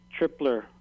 Tripler